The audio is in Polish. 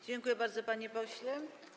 Dziękuję bardzo, panie pośle.